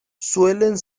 suelen